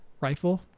rifle